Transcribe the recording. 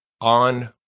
on